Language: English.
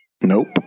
nope